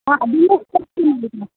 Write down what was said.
હા બ્લ્યૂ